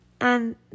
And